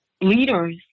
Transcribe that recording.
leaders